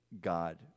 God